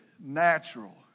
natural